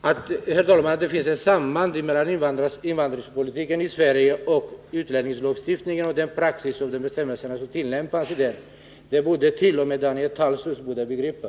Herr talman! Det finns ett samband mellan invandrarpolitiken i Sverige och utlänningslagstiftningen och hur bestämmelserna i den tillämpas i praxis. Det borde t.o.m. Daniel Tarschys begripa.